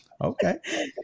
Okay